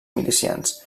milicians